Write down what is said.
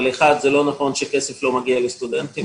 ראשית, זה לא נכון שכסף לא מגיע לסטודנטים.